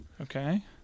Okay